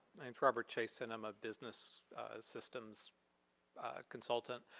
name is robert chason. i'm a business systems consultant.